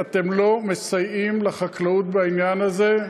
אתם לא מסייעים לחקלאות בעניין הזה.